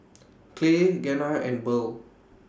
Clay Gena and Burl